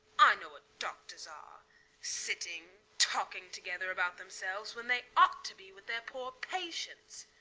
i know what doctors are sitting talking together about themselves when they ought to be with their poor patients.